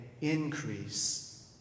increase